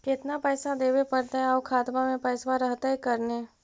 केतना पैसा देबे पड़तै आउ खातबा में पैसबा रहतै करने?